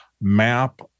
map